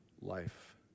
life